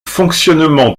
fonctionnement